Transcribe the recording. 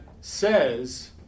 says